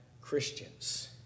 Christians